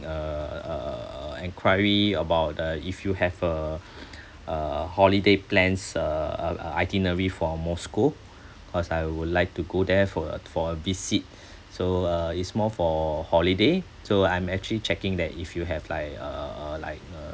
uh uh uh uh enquiry about the if you have a a holiday plans uh uh uh itinerary for moscow cause I would like to go there for a for a visit so uh it's more for holiday so I'm actually checking that if you have like uh uh uh like um